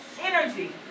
energy